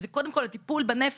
שזה קודם כל הטיפול בנפש.